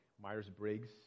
Myers-Briggs